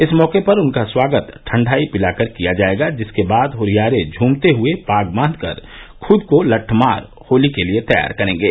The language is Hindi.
इस मौके पर उनका स्वागत ठण्डाई पिलाकर किया जायेगा जिसके बाद हरियारे झूमते हुए पाग बांधकर खुद को लट्ठमार होली के लिए तैयार करेंगे